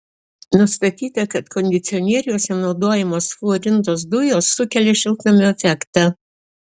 nustatyta kad kondicionieriuose naudojamos fluorintos dujos sukelia šiltnamio efektą